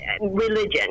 religion